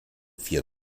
vier